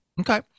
Okay